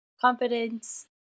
confidence